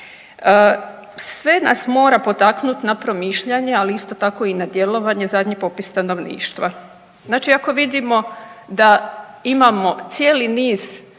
Sve nas mora potaknuti na promišljanje, ali isto tako i na djelovanje zadnji popis stanovništva. Znači ako vidimo da imamo cijeli niz